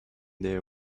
their